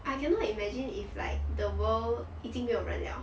I cannot imagine if like the world 已经没有人 liao